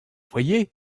voyez